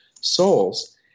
souls